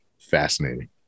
fascinating